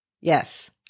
Yes